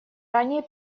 ранее